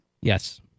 Yes